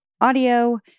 audio